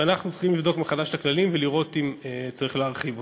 ואנחנו צריכים לבדוק מחדש את הכללים ולראות אם צריך להרחיב אותם.